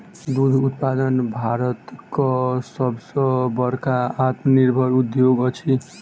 दूध उत्पादन भारतक सभ सॅ बड़का आत्मनिर्भर उद्योग अछि